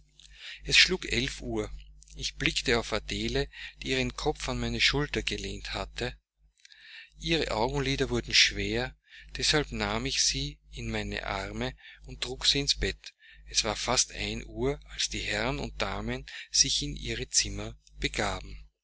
es schlug elf uhr ich blickte auf adele die ihren kopf an meine schultern gelehnt hatte ihre augenlider wurden schwer deshalb nahm ich sie in meine arme und trug sie ins bett es war fast ein uhr als die herren und damen sich in ihre zimmer begaben